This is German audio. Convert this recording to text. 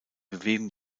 bewegung